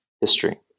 history